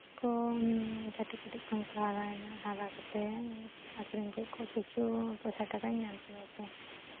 ᱠᱚ ᱠᱟᱹᱴᱤᱪ ᱠᱟᱹᱴᱤᱪ ᱠᱷᱚᱱ ᱠᱚ ᱦᱟᱨᱟᱭᱮᱱᱟ ᱦᱟᱨᱟ ᱠᱟᱛᱮᱜ ᱟᱹᱠᱷᱨᱤᱧ ᱠᱮᱫ ᱠᱚᱣᱟ ᱠᱤᱪᱷᱩ ᱯᱚᱭᱥᱟ ᱴᱟᱠᱟᱧ ᱧᱟᱢ ᱠᱮᱫᱟ ᱥᱮ